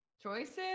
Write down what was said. choices